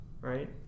Right